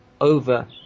over